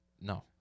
No